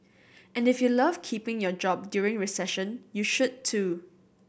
and if you love keeping your job during recession you should too